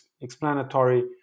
explanatory